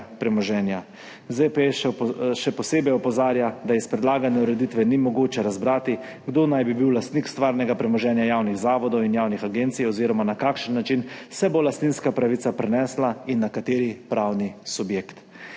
ZPS še posebej opozarja, da iz predlagane ureditve ni mogoče razbrati, kdo naj bi bil lastnik stvarnega premoženja javnih zavodov in javnih agencij oziroma na kakšen način se bo lastninska pravica prenesla in na kateri pravni subjekt.